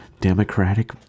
democratic